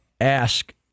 ask